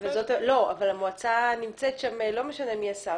אבל המועצה נמצאת שם, לא משנה מי השר.